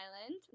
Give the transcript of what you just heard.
Island